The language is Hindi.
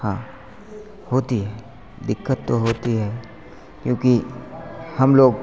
हाँ होती है दिक्कत तो होती है क्योंकि हम लोग